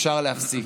אפשר להפסיק.